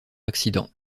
accident